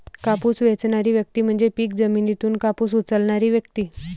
कापूस वेचणारी व्यक्ती म्हणजे पीक जमिनीतून कापूस उचलणारी व्यक्ती